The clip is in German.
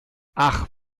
ach